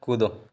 कूदो